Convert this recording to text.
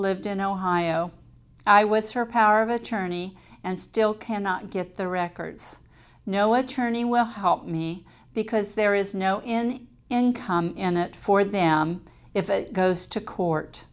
lived in ohio i was her power of attorney and still cannot get the records no attorney will help me because there is no in income in it for them if it goes to court